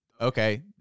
okay